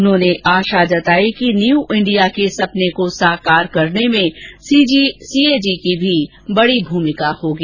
उन्होंने आशा व्यक्त की न्यू इण्डिया के सपने को साकार करने में सीएजी की भी बड़ी भूमिका होगी